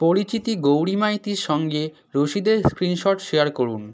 পরিচিতি গৌরী মাইতির সঙ্গে রসিদের স্ক্রিনশট শেয়ার করুন